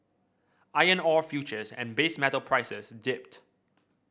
iron ore futures and base metal prices dipped